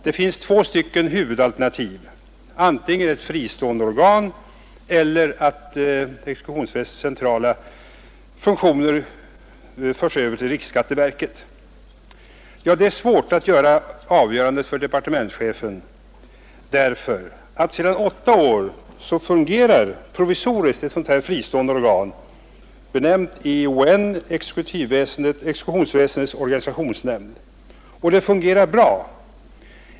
Det finns två huvudalternativ, antingen att man tar ett fristående organ eller att exekutionsväsendets centrala funktioner förs över till riksskatteverket. Det är svårt att fatta avgörandet för departementschefen därför att det sedan åtta år tillbaka finns ett provisoriskt fristående organ, benämnt EON, exekutionsväsendets organisationsnämnd, och det fungerar bra.